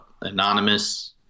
anonymous